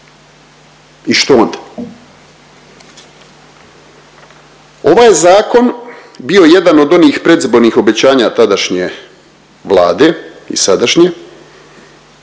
i što onda? Ovaj je zakon bio jedan od onih predizbornih obećanja tadašnje Vlade i sadašnje,